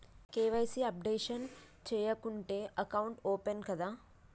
KYC updation చేయకుంటే account open కాదా?